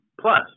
plus